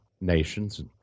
nations